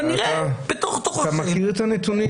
כנראה שבתוך תוככם --- אבל אתה מכיר את הנתונים